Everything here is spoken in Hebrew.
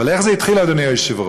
אבל איך זה התחיל, אדוני היושב-ראש?